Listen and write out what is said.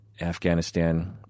afghanistan